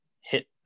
hit